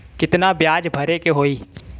कितना ब्याज भरे के होई?